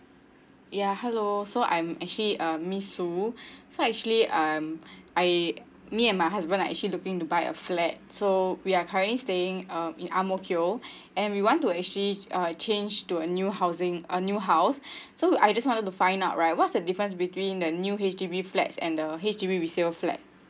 ya hello so I'm actually uh miss sue so actually I'm I me and my husband are actually looking to buy a flat so we are currently staying uh in ang mo kio and we want to actually uh change to a new housing a new house so I just want to find out right what's the difference between the new H_D_B flats and the H_D_B resale flat